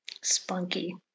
spunky